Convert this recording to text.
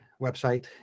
website